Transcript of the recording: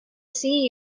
see